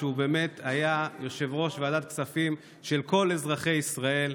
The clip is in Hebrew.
הוא באמת היה יושב-ראש ועדת הכספים של כל אזרחי ישראל,